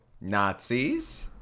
Nazis